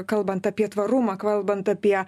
kalbant apie tvarumą kalbant apie